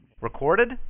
Recorded